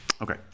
Okay